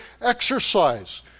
exercise